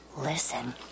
listen